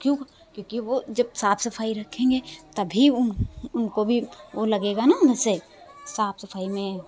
क्यों क्योंकि वो जब साफ़ सफाई रखेंगे तभी वो उनको भी वो लगेगा ना ऐसे साफ़ सफाई में